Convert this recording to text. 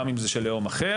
גם אם זה של לאום אחר,